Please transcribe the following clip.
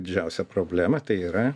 didžiausia problema tai yra